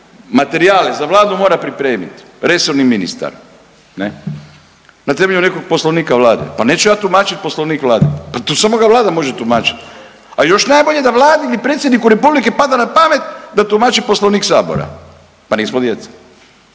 materijale za Vladu mora pripremit, resorni ministar ne, na temelju nekog poslovnika Vlade, pa neću ja tumačit poslovnik Vlade, pa to samo ga Vlada može tumačit, a još najbolje da Vladi, ni predsjedniku republike pada na pamet da tumače poslovnik sabora, pa nismo djeca,